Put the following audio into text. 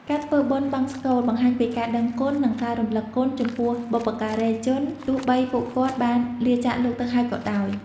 ការធ្វើបុណ្យបង្សុកូលបង្ហាញពីការដឹងគុណ និងការរំលឹកគុណចំពោះបុព្វការីជន ទោះបីពួកគាត់បានលាចាកលោកទៅហើយក៏ដោយ។